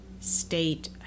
State